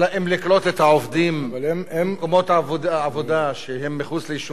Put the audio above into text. האם לקלוט את העובדים במקומות עבודה מחוץ ליישובים